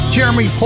Jeremy